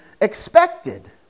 expected